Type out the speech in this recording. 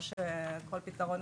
לא שכל פתרון